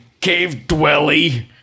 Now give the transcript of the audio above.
Cave-dwelly